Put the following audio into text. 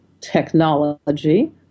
technology